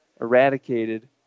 eradicated